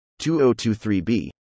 2023b